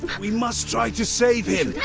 we must try to save him!